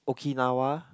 Okinawa